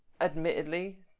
admittedly